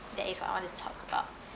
that is all I want to talk about